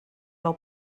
plou